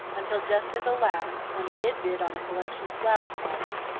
until just at the last, when he did bid on a collection of flower-pots,